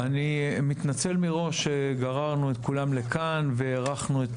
אני מתנצל מראש שגררנו את כולם לכאן והארכנו את